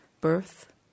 birth